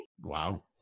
Wow